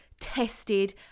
tested